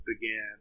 began